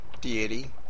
deity